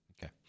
Okay